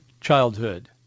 Childhood